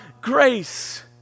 grace